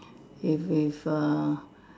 if if err